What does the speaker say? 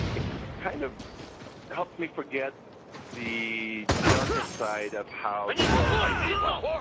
it kind of helps me forget the darker side of how the world sees islam.